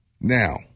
Now